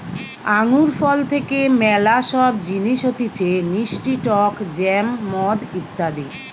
আঙ্গুর ফল থেকে ম্যালা সব জিনিস হতিছে মিষ্টি টক জ্যাম, মদ ইত্যাদি